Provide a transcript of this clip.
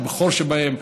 הבכור שבהם,